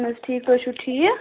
اہَن حظ ٹھیٖک تُہۍ چھِو ٹھیٖک